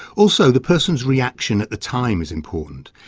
also the person's reaction at the time is important,